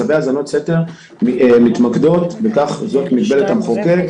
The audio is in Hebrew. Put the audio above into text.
צווי האזנות סתר מתמקדים על פי מגבלת המחוקק,